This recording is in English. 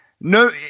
no